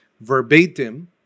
verbatim